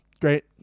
Great